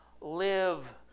live